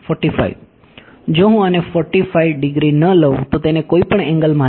જો હું આને 45 ડિગ્રી ન લઉં તો તેને કોઈપણ એંગલ માની લો